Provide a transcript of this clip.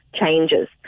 changes